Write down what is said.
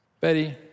Betty